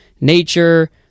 nature